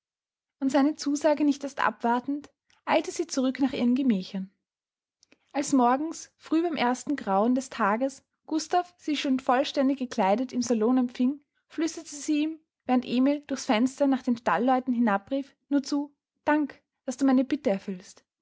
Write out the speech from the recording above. und seine zusage nicht erst abwartend eilte sie zurück nach ihren gemächern als morgens früh beim ersten grauen des tages gustav sie schon vollständig gekleidet im salon empfing flüsterte sie ihm während emil durch's fenster nach den stallleuten hinabrief nur zu dank daß du meine bitte erfüllst